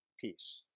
peace